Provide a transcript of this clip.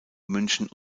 münchen